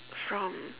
from